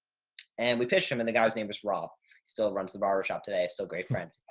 and we pitched them. and the guy's name is rob. he still runs the barbershop today. so great friend.